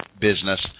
business